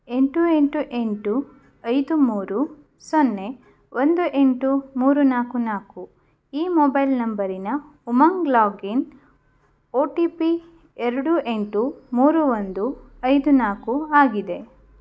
ಎಂಟು ಎಂಟು ಎಂಟು ಐದು ಮೂರು ಸೊನ್ನೆ ಒಂದು ಎಂಟು ಮೂರು ನಾಲ್ಕು ನಾಲ್ಕು ಈ ಮೊಬೈಲ್ ನಂಬರಿನ Umang login O T P ಎರಡು ಎಂಟು ಮೂರು ಒಂದು ಐದು ನಾಲ್ಕು ಆಗಿದೆ